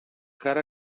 cara